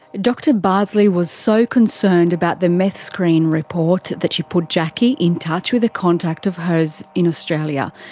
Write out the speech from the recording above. dr bardsley was so concerned about the meth screen report that she put jacki in touch with a contact of hers in australia,